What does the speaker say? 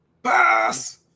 Pass